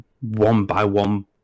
one-by-one